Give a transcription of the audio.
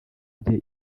bye